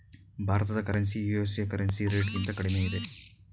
ಭಾರತದ currency USA currency ರೇಟ್ಗಿಂತ ಕಡಿಮೆ ಇದೆ